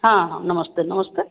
हाँ हाँ नमस्ते नमस्ते